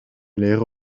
leren